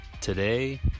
Today